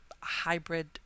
hybrid